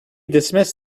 dismiss